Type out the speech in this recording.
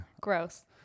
Gross